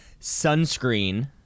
sunscreen